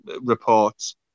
reports